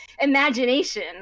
imagination